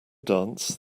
dance